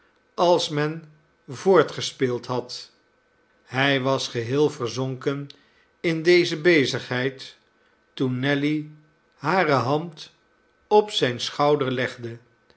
als men voortgespeeld had hij was geheel verzonken in deze bezigheid toen nelly hare hand op zijn schouder legde